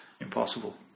impossible